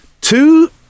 Two